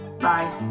Bye